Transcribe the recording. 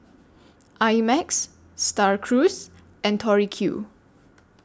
I Max STAR Cruise and Tori Q